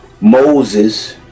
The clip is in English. Moses